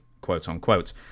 quote-unquote